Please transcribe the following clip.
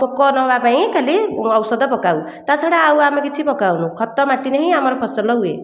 ପୋକ ନ ହେବପାଇଁ ଖାଲି ଔଷଧ ପକାଉ ତା ଛଡ଼ା ଆମେ କିଛି ଆଉ ପକାଉନୁ ଖତ ମାଟି ରେ ହିଁ ଆମର ଫସଲ ହୁଏ